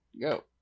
Go